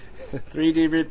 3D